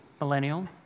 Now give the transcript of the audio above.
millennial